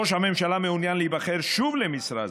ראש הממשלה מעוניין להיבחר שוב למשרה זו.